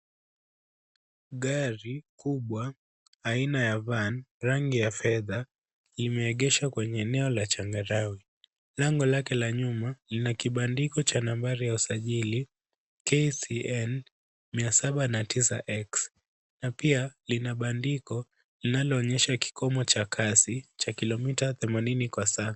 Gari kubwa aina ya Van rangi ya fedha imeegeshwa kwenye eneo la changarawe. Lango lake la nyuma lina kibandiko cha nambari ya usajili KCN 709X na pia lina bandiko linaloonyesha kikomo cha kasi cha kilomita themanini kwa saa.